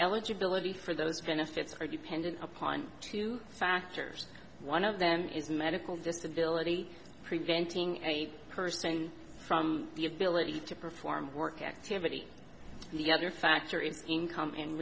eligibility for those benefits are dependent upon two factors one of them is medical disability preventing a person from the ability to perform work activity the other factor is income and